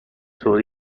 sur